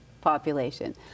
population